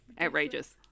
Outrageous